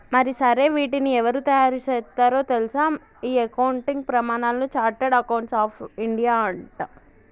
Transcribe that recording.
మరి సరే వీటిని ఎవరు తయారు సేత్తారో తెల్సా ఈ అకౌంటింగ్ ప్రమానాలను చార్టెడ్ అకౌంట్స్ ఆఫ్ ఇండియానట